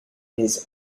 his